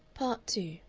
part two